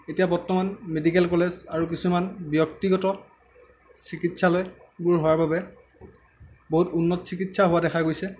এতিয়া বৰ্তমান medical college আৰু কিছুমান ব্য়ক্তিগত চিকিৎসালয়বোৰ হোৱাৰ বাবে বহুত উন্নত চিকিৎসা হোৱা দেখা গৈছে